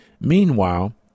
Meanwhile